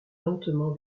lentement